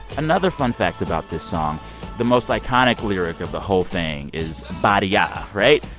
another fun fact about this song the most iconic lyric of the whole thing is ba-de-ya, right?